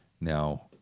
Now